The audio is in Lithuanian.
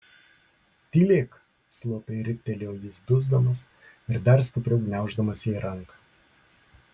tylėk slopiai riktelėjo jis dusdamas ir dar stipriau gniauždamas jai ranką